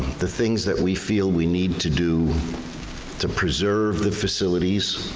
the things that we feel we need to do to preserve the facilities